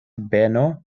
beno